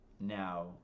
now